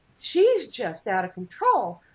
she's just out of control.